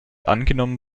angenommen